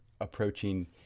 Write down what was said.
approaching